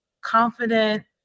confident